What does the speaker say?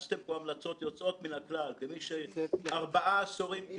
בימים הקרובים יעלה לאתר הוועדה כל הנושא התקציבי,